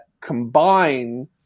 combine